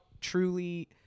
truly